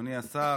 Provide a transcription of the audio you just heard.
אדוני השר,